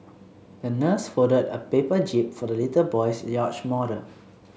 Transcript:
the nurse folded a paper jib for the little boy's yacht model